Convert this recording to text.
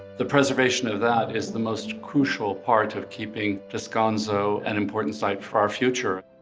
the preservation of that is the most crucial part of keeping descanso an important site for our future.